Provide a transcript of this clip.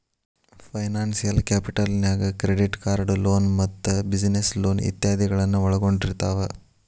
financial capital ನ್ಯಾಗ್ credit card loan ಮತ್ತ business loan ಇತಾದಿಗಳನ್ನ ಒಳ್ಗೊಂಡಿರ್ತಾವ